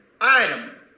item